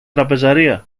τραπεζαρία